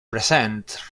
present